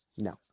No